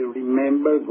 remember